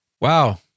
wow